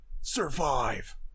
survive